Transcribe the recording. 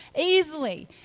easily